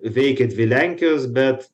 veikia dvi lenkijos bet